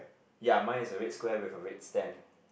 ya mine is a red square with a red stand